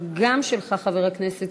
של חבר הכנסת